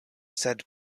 sed